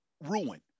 ruin